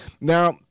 Now